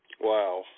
Wow